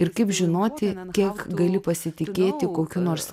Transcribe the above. ir kaip žinoti kiek gali pasitikėti kokiu nors